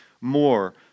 more